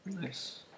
Nice